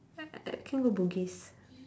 uh can go bugis